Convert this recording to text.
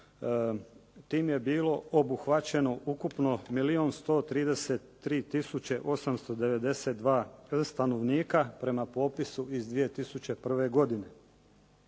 tim je bilo obuhvaćeno ukupno milijun 133 tisuće 892 stanovnika prema popisu iz 2001. godine.